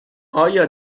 آیا